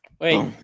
Wait